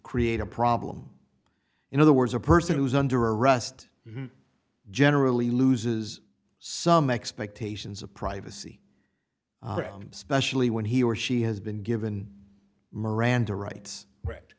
create a problem in other words a person who's under arrest generally loses some expectations of privacy especially when he or she has been given miranda rights r